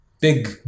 big